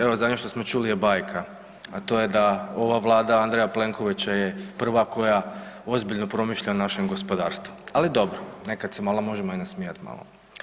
Evo zadnje što smo čuli je bajka, a to je da ova Vlada Andreja Plenkovića je prva koja ozbiljno promišlja o našem gospodarstvu, ali dobro, nekad se malo možemo i nasmijati malo.